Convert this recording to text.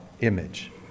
image